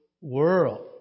world